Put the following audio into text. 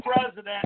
president